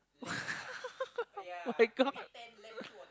!wah! my-god